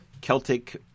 Celtic